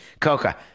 Coca